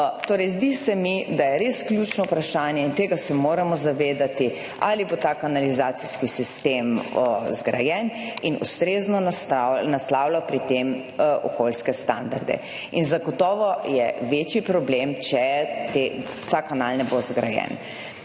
zdi se mi, da je res ključno vprašanje in tega se moramo zavedati, ali bo ta kanalizacijski sistem zgrajen in ustrezno naslavlja pri tem okolijske standarde in zagotovo je večji problem, če ta kanal ne bo zgrajen.